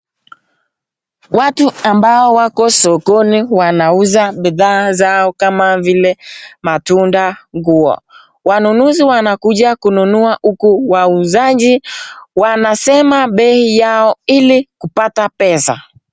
Watu ambao wako sokoni wanauza bidhaa zao kama vile matunda, nguo. Wanaunuzi wanakuja kununua huku wauzaji wanasema bei yao ili kupata pesa.